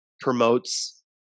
promotes